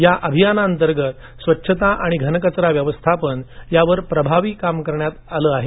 या अभियानाअंतर्गत स्वच्छता आणि घनकचरा व्यवस्थापन यावर प्रभावी काम करण्यात आल आहे